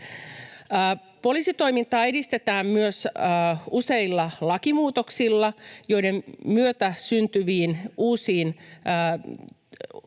Poliisitoimintaa edistetään myös useilla lakimuutoksilla, joiden myötä syntyviin uusiin tehtäviin